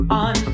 on